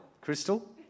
Crystal